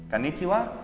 konnichiwa.